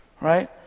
right